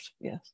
yes